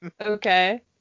Okay